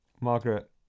Margaret